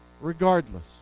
regardless